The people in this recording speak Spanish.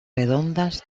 redondas